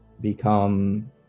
become